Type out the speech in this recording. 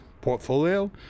portfolio